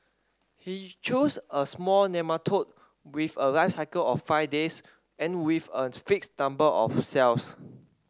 he chose a small nematode with a life cycle of five days and with a fixed number of cells